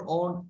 on